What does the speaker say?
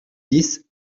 dix